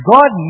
God